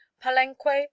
Palenque